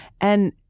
And-